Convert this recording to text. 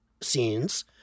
scenes